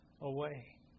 away